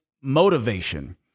motivation